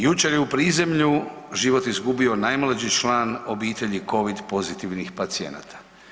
Jučer je u prizemlju život izgubio najmlađi član obitelji covid pozitivnih pacijenata.